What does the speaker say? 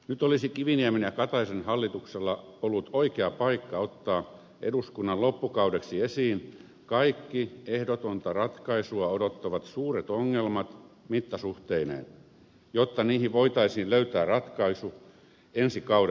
nyt olisi kiviniemen ja kataisen hallituksella ollut oikea paikka ottaa eduskunnan loppukaudeksi esiin kaikki ehdotonta ratkaisua odottavat suuret ongelmat mittasuhteineen jotta niihin voitaisiin löytää ratkaisu ensi kauden hallitusohjelmassa